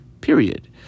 period